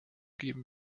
geben